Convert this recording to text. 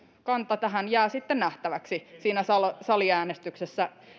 kanta tähän jää sitten nähtäväksi siinä saliäänestyksessä